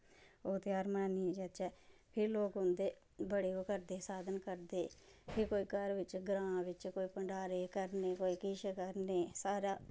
आओ त्यहार बनाने जाच्चै फिर लोग औंदे बड़े ओह् करदे साधन करदे ते कोई घर बिच्च ग्रांऽ बिच्च कोई भण्डारे करने कोई किश करने सारा